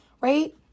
right